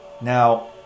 Now